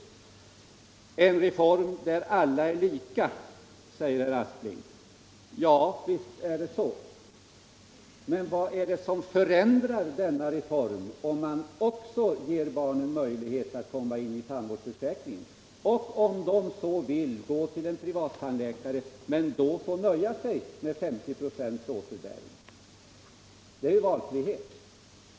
gor En reform där alla behandlas lika, säger herr Aspling. Ja, visst är det så. Men vad är det som förändrar denna reform, om man ger barnen möjlighet att också komma in i tandvårdsförsäkringen och - om de så vill — gå till en privat tandläkare? De får då nöja sig med 50 ; återbiäring. Det innebär valfrihet.